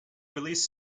released